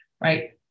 right